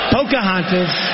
Pocahontas